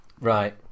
right